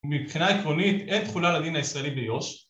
מבחינה עקרונית אין תכולה לדין הישראלי ביוש